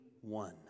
one